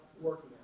working